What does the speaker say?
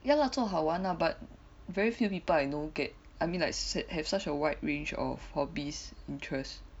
ya lah 做好玩 lah but very few people I know get I mean like s~ have such a wide range of hobbies interests